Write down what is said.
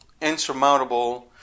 insurmountable